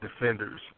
defenders